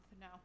no